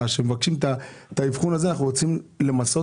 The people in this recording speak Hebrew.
וצריכים אבחון אז אותו אנחנו רוצים למסות?